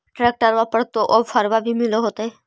ट्रैक्टरबा पर तो ओफ्फरबा भी मिल होतै?